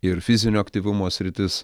ir fizinio aktyvumo sritis